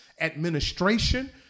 administration